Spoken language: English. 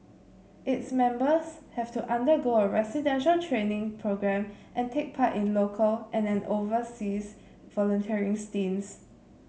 its members have to undergo a residential training programme and take part in local and an overseas volunteering stints